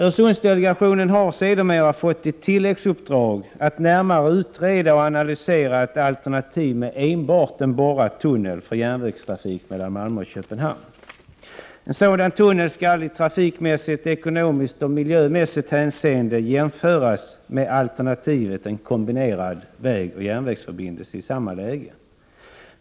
Öresundsdelegationen har sedermera fått tilläggsuppdraget att närmare utreda och analysera ett alternativ med enbart en borrad tunnel för järnvägstrafik mellan Malmö och Köpenhamn. En sådan tunnel skall i trafikmässigt, ekonomiskt och miljömässigt hänseende jämföras med alternativet en kombinerad vägoch järnvägsförbindelse i samma läge.